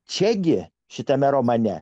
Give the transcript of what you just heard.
čiagi šitame romane